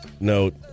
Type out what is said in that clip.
Note